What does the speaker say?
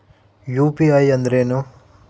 UPI ಅಂದ್ರೇನು?